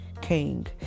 king